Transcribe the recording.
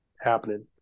happening